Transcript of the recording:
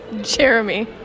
jeremy